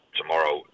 tomorrow